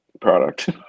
product